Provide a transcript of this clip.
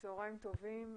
צהריים טובים.